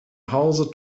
hause